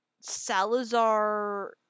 Salazar